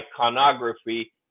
iconography